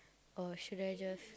or should I just